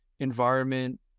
environment